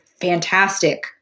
fantastic